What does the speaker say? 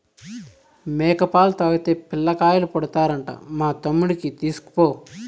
మేక పాలు తాగితే పిల్లకాయలు పుడతారంట మా తమ్ముడికి తీస్కపో